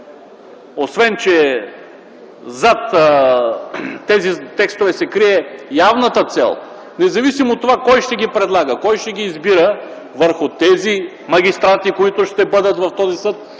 освен че зад тези текстове се крие явната цел, независимо от това кой ще ги предлага, кой ще ги избира, върху магистратите, които ще бъдат в този съд,